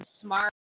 smart